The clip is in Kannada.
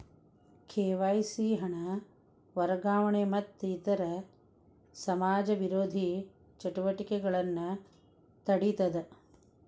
ಕೆ.ವಾಯ್.ಸಿ ಹಣ ವರ್ಗಾವಣೆ ಮತ್ತ ಇತರ ಸಮಾಜ ವಿರೋಧಿ ಚಟುವಟಿಕೆಗಳನ್ನ ತಡೇತದ